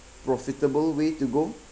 profitable way to go